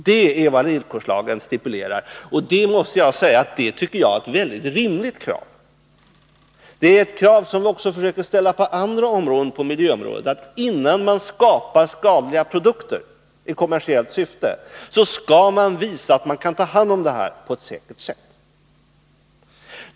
Det är vad villkorslagen stipulerar. Jag måste säga att det är ett mycket rimligt krav. Det är ett krav som vi också försöker ställa på andra miljöområden: innan man skapar skadliga produkter i kommersiellt syfte skall man visa att man kan ta hand om avfallet på ett säkert sätt.